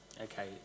Okay